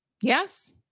Yes